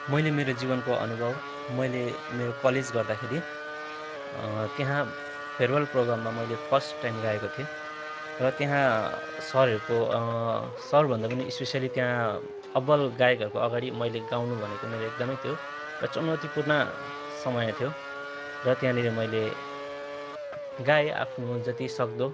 मैले मेरो जीवनको अनुभव मैले मेरो कलेज गर्दाखेरि त्यहाँ फेयरवेल प्रोग्राममा मैले फर्स्ट टाइम गाएको थिएँ र त्यहाँ सरहरूको सरभन्दा पनि स्पेसल्ली त्यहाँ अब्बल गायकहरूको अगाडि मैले गाउनु भनेको मेरो एकदमै त्यो चुनौतीपूर्ण समय थियो र त्यहाँनिर मैले गाएँ आफ्नो जतिसक्दो